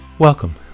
Welcome